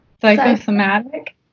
Psychosomatic